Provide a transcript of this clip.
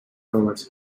towards